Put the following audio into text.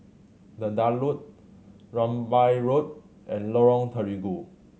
The Daulat Rambai Road and Lorong Terigu